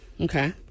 Okay